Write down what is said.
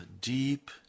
deep